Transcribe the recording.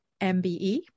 MBE